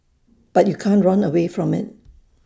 but you can't run away from IT